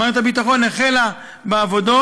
מערכת הביטחון החלה בעבודות,